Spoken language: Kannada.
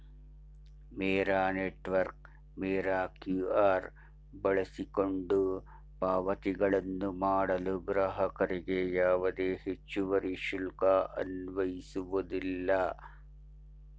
ಮೇರಾ ನೆಟ್ವರ್ಕ್ ಮೇರಾ ಕ್ಯೂ.ಆರ್ ಬಳಸಿಕೊಂಡು ಪಾವತಿಗಳನ್ನು ಮಾಡಲು ಗ್ರಾಹಕರಿಗೆ ಯಾವುದೇ ಹೆಚ್ಚುವರಿ ಶುಲ್ಕ ಅನ್ವಯಿಸುವುದಿಲ್ಲ